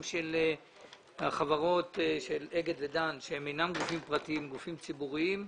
של החברות אגד ודן שהן אינם גופים פרטיים אלא גופים ציבוריים,